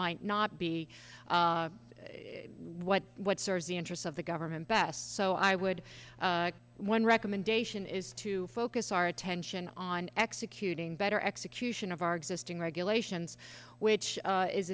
might not be what what serves the interests of the government best so i would one recommendation is to focus our attention on executing better execution of our existing regulations which